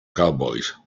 cowboys